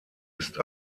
ist